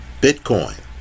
Bitcoin